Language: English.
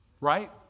Right